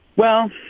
well,